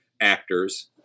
actors